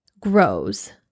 grows